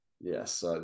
yes